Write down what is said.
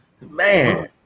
Man